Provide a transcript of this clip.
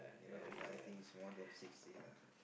cannot be lah I think is more than six day lah